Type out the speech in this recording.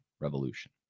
Revolution